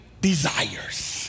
Desires